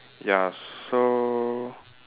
ya so